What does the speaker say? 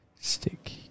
Stick